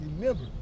remember